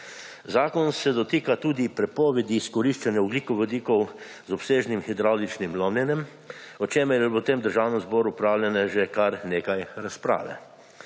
Zakon se dotika tudi prepovedi izkoriščanja ogljikovodikov z obsežnim hidravličnim lomljenjem, o čemer je bilo v tem Državnem zboru opravljene že kar nekaj razprave.